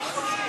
נתקבל.